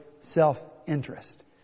self-interest